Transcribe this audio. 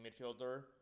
midfielder